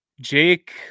Jake